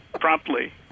promptly